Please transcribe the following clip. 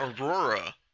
Aurora